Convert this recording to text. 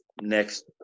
next